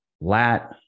lat